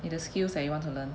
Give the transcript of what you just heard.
你的 skills that you want to learn